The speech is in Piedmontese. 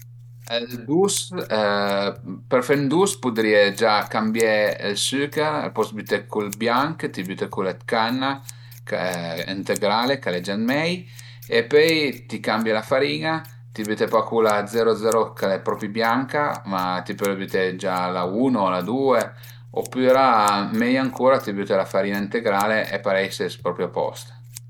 Ël dus, për fe ën dus pudrìe gia cambié ël suchèr, al post dë büté cul bianch, t'i büte cul dë canna integrale ch'al e gia mei e pöi t'i cambie la farin-a, t'i büte pa cula zero zero ch'al e propi bianca, ma t'i pöle büté la uno o la due opüra mei ancura t'i büte la farin-a integrale e parei ses propi a post